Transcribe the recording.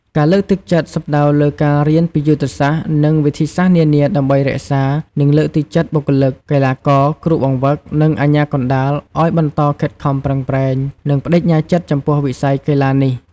ការលើកទឹកចិត្តសំដៅលើការ រៀនពីយុទ្ធសាស្ត្រ និងវិធីសាស្រ្តនានាដើម្បីរក្សា និងលើកទឹកចិត្តបុគ្គលិក កីឡាករ គ្រូបង្វឹក និងអាជ្ញាកណ្តាលឲ្យបន្តខិតខំប្រឹងប្រែង និងប្តេជ្ញាចិត្តចំពោះវិស័យកីឡានេះ។